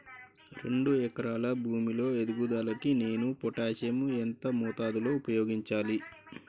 రెండు ఎకరాల భూమి లో ఎదుగుదలకి నేను పొటాషియం ఎంత మోతాదు లో ఉపయోగించాలి?